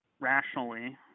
rationally